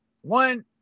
one